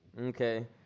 Okay